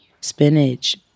spinach